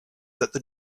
that